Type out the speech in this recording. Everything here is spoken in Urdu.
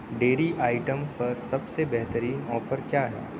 ڈیری آئٹم پر سب سے بہترین آفر کیا ہے